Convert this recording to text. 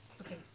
Okay